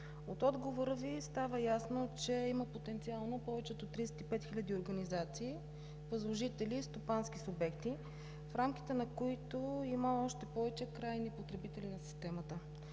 От отговора Ви става ясно, че има потенциал на повече от 35 хиляди организации, възложители и стопански субекти, в рамките на които има още повече крайни потребители на Системата.